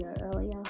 earlier